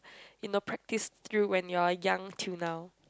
you know practise through when you are young till now